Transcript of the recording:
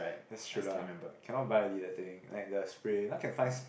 they should lah cannot buy the already that thing like the spray now can finds